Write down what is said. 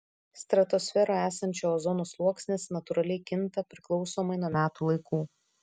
stratosferoje esančio ozono sluoksnis natūraliai kinta priklausomai nuo metų laikų